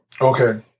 Okay